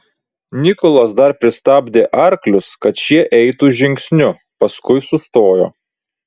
nikolas dar pristabdė arklius kad šie eitų žingsniu paskui sustojo